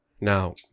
Now